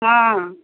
हँ